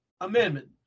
Amendment